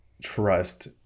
trust